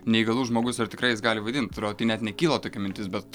neįgalus žmogus ar tikrai jis gali vadint atrodo tai net nekyla tokia mintis bet